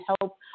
help